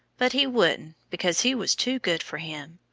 but he wouldn't, because he was too good for him.